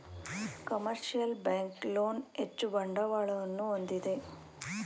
commercial bank loan ಹೆಚ್ಚು ಬಂಡವಾಳವನ್ನು ಹೊಂದಿದೆ